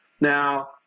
Now